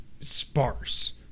sparse